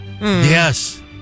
Yes